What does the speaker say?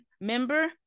member